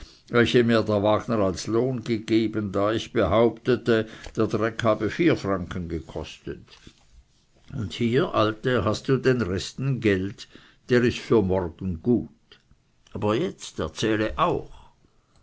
der wagner als lohn gegeben da ich behauptete der dreck habe vier franken gekostet und hier alte hast du den resten geld der ist für morgen gut aber jetzt erzähle auch